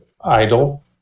idle